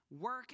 Work